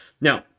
Now